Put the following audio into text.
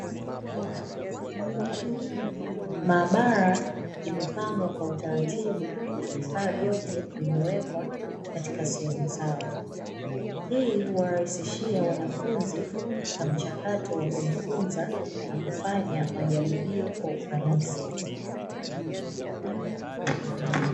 Maabara imepangwa kwa utaratibu, na vifaa vyote vimewekwa katika sehemu zao. Hii huwarahisishia wanafunzi katika mchakato wa kujifunza na kufanya majaribio kwa ufanisi.